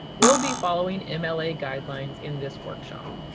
we'll be following mla guidelines in this workshop.